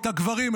את הגברים,